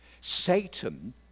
Satan